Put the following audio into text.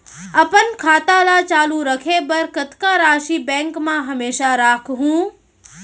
अपन खाता ल चालू रखे बर कतका राशि बैंक म हमेशा राखहूँ?